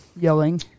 yelling